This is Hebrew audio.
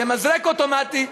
זה מזרק אוטומטי.